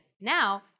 Now